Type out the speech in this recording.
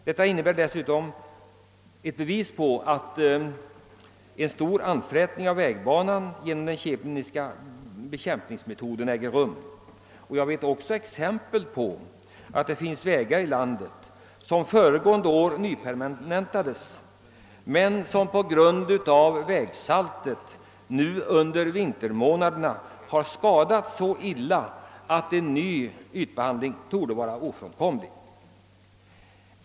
Det innebär dessutom ett bevis på att en stor anfrätning av vägbanan genom den kemiska bekämpningsmetoden äger rum, och jag vet också exempel på att det finns vägar i landet, vilka föregående år nypermanentades men som på grund av vägsaltet nu under vintermånaderna skadats så illa att en ny ytbehandling torde vara ofrånkomlig.